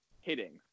hitting